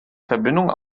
verbindung